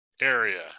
area